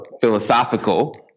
philosophical